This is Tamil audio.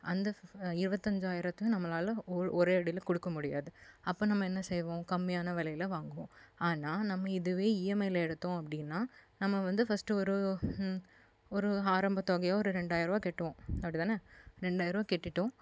அந்த ஃப் இருபத்தஞ்சாயிரத்த நம்மளால் ஒ ஓரேடியில கொடுக்க முடியாது அப்போ நம்ம என்ன செய்வோம் கம்மியான விலையில வாங்குவோம் ஆனால் நம்ம இதுவே இஎம்ஐல எடுத்தோம் அப்படின்னா நம்ம வந்து ஃபஸ்ட்டு ஒரு ஒரு ஆரம்பத் தொகையோ ஒரு ரெண்டாயிருபா கட்டுவோம் அப்படிதான ரெண்டாயிருபா கட்டிட்டோம்